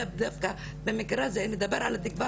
ודווקא במקרה הזה אתה דיברת על התקווה